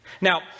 Now